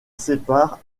séparent